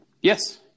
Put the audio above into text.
Yes